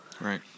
Right